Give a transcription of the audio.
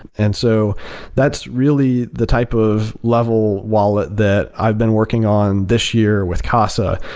and so that's really the type of level wallet that i've been working on this year with casa,